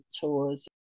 tours